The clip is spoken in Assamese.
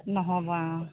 নহ'ব অঁ